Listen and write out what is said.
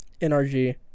N-R-G